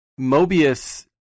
Mobius